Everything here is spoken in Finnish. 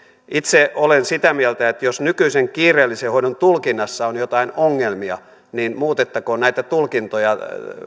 itse olen sitä mieltä että jos nykyisen kiireellisen hoidon tulkinnassa on jotain ongelmia niin muutettakoon näitä tulkintoja